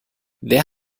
wer